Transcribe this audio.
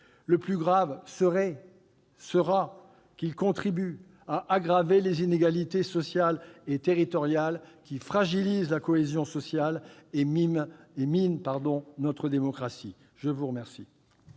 Le plus grave serait, sera qu'il contribue à aggraver les inégalités sociales et territoriales qui fragilisent la cohésion sociale et minent notre démocratie. La parole